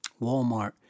walmart